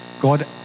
God